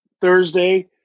Thursday